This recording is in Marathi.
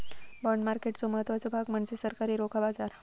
बाँड मार्केटचो महत्त्वाचो भाग म्हणजे सरकारी रोखा बाजार